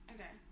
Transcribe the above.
Okay